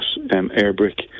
airbrick